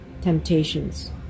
temptations